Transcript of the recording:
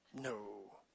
No